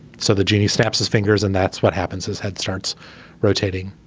so the genie snaps his fingers and that's what happens. his head starts rotating